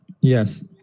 yes